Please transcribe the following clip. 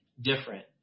different